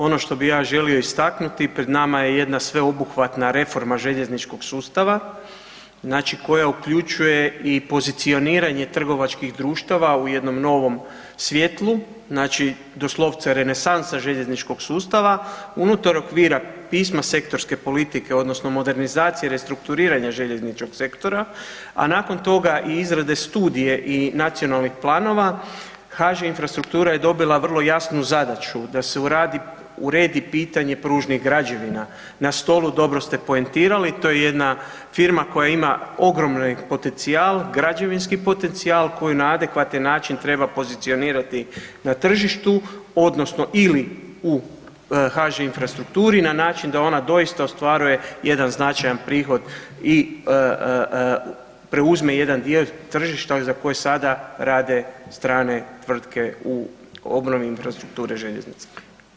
Ono što bih ja želio istaknuti, pred nama je jedna sveobuhvatna reforma željezničkog sustava znači koja uključuje i pozicioniranje trgovačkih društava u jednom novom svjetlu, znači doslovce renesansa željezničkog sustava unutar okvira pisma sektorske politike odnosno modernizacije restrukturiranja željezničkog sektora a nakon toga i izrade studije i nacionalnih planova, HŽ infrastruktura je dobila vrlo jasnu zadaću, da se uredi pitanje pružnih građevina, na stolu, dobro ste poentirali, to je jedna firma koja ima ogromni potencijal, građevinski potencijal koji na adekvatan način treba pozicionirati na tržištu odnosno ili u HŽ infrastrukturi na način da ona doista ostvaruje jedan značaj prihod i preuzme jedan dio tržišta za koji sada rade strane tvrtke u ogromnoj infrastrukturi željeznica.